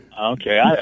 Okay